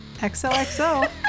XOXO